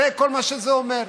זה כל מה שזה אומר.